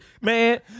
Man